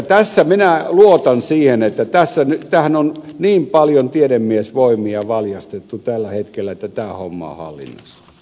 mutta minä luotan siihen että tähän on niin paljon tiedemiesvoimia valjastettu tällä hetkellä että tämä homma on hallinnassa